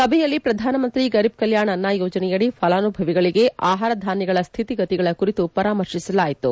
ಸಭೆಯಲ್ಲಿ ಪ್ರಧಾನಮಂತಿ ಗರೀಬ್ ಕಲ್ಯಾಣ ಅನ್ನ ಯೋಜನೆಯದಿ ಫಲಾನುಭವಿಗಳಿಗೆ ಆಹಾರ ಧಾನ್ಯಗಳ ಸ್ಥಿತಿಗತಿಗಳ ಕುರಿತು ಪರಾಮರ್ಶಿಸಲಾಯಿತು